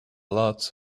lots